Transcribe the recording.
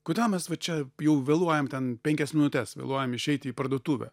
kodėl mes va čia jau vėluojam ten penkias minutes vėluojam išeiti į parduotuvę